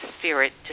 spirit